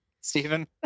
Stephen